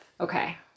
Okay